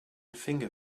finger